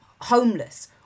homeless